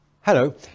Hello